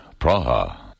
Praha